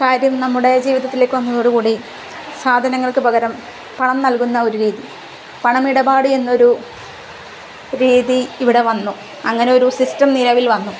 കാര്യം നമ്മുടെ ജീവിതത്തിലേക്ക് വന്നതോടുകൂടി സാധനങ്ങൾക്ക് പകരം പണം നൽകുന്ന ഒരു രീതി പണമിടപാട് എന്നൊരു രീതി ഇവിടെ വന്നു അങ്ങനെയൊരു സിസ്റ്റം നിലവിൽവന്നു